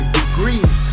degrees